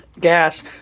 gas